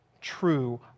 true